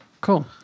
Cool